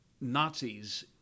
Nazis